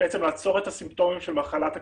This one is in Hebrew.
בעצם לעצור את הסימפטומים של מחלת הקורונה.